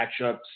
matchups